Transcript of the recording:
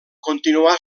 continuà